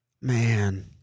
Man